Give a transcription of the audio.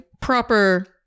proper